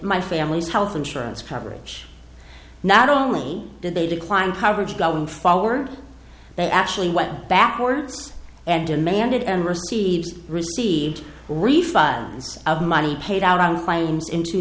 my family's health insurance coverage not only did they decline coverage going forward they actually went backwards and demanded and received received refunds of money paid out on claims in two